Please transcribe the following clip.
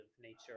nature